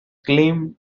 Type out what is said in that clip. claimed